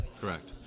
Correct